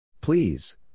Please